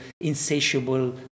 insatiable